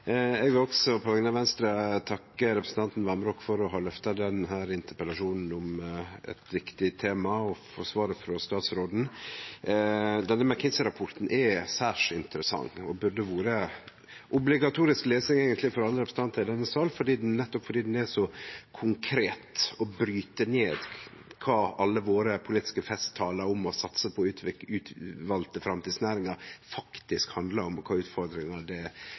Eg vil også, på vegner av Venstre, takke representanten Vamraak for at han har løfta denne interpellasjonen om eit viktig tema, og for svaret frå statsråden. Denne McKinsey-rapporten er særs interessant og burde eigentleg ha vore obligatorisk lesing for alle representantar i denne salen, nettopp fordi han er så konkret og bryt ned kva alle våre politiske festtalar om å satse på utvalde framtidsnæringar faktisk handlar om, og kva utfordringar det gjev. Dessverre er